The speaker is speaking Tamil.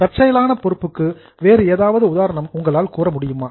தற்செயலான பொறுப்புக்கு வேறு ஏதாவது உதாரணம் உங்களால் கூற முடியுமா